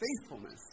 faithfulness